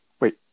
Wait